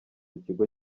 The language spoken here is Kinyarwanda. ikigo